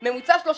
בממוצע שזה ממוצע.